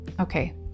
Okay